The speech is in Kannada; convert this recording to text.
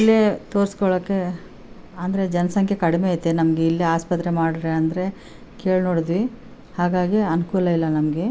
ಇಲ್ಲೇ ತೋರಿಸ್ಕೊಳೋಕ್ಕೆ ಅಂದರೆ ಜನ ಸಂಖ್ಯೆ ಕಡಿಮೆ ಐತೆ ನಮ್ಗೆ ಇಲ್ಲೇ ಆಸ್ಪತ್ರೆ ಮಾಡ್ರಿ ಅಂದರೆ ಕೇಳಿ ನೋಡಿದ್ವಿ ಹಾಗಾಗಿ ಅನುಕೂಲ ಇಲ್ಲ ನಮಗೆ